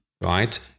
right